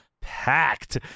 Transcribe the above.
packed